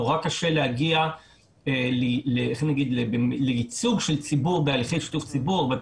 נורא קשה להגיע לייצוג של ציבור בהליכי שיתוף ציבור כאשר